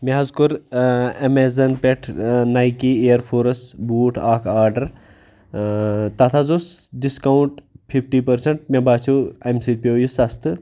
مےٚ حظ کوٚر ایٚمیزان پٮ۪ٹھ نایکی ایَر فورس بوٗٹ اَکھ آرڈَر تَتھ حظ اوس ڈِسکاوُنٛٹ فِفٹی پٔرسَنٛٹ مےٚ باسیٚو اَمہِ سۭتۍ پیٚو یہِ سَستہٕ